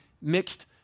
mixed